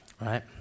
right